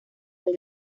del